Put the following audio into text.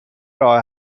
راه